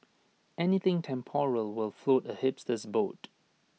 anything temporal will float A hipster's boat